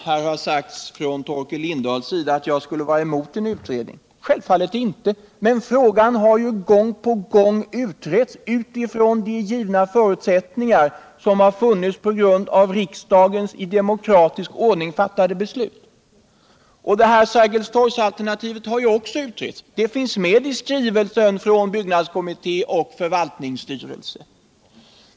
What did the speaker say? Herr talman! Torkel Lindahl sade att jag skulle vara emot en utredning. Självfallet är jag inte det. Men frågan har gång på gång utretts utifrån de givna förutsättningar som har funnits på grund av riksdagens i demokratisk ordning fattade beslut. Sergelstorgsalternativet har också utretts. Det finns med i skrivelsen från byggnadskommittén och förvaltningsstyrelsen.